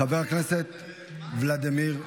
חבר הכנסת ולדימיר בליאק.